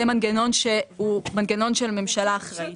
מנגנון שהוא מנגנון של ממשלה אחראית.